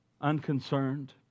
unconcerned